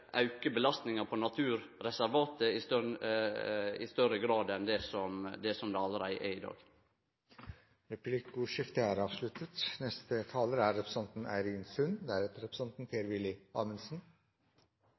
auke belastninga på naturreservatet i større grad enn kva ho allereie er i dag. Replikkordskiftet er avsluttet.